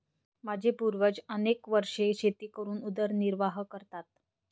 माझे पूर्वज अनेक वर्षे शेती करून उदरनिर्वाह करतात